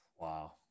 wow